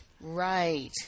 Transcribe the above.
Right